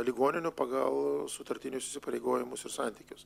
ligoninių pagal sutartinius įsipareigojimus ir santykius